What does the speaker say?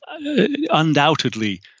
undoubtedly